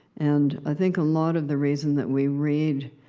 and i think a lot of the reason that we read